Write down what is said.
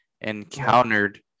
encountered